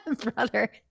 brother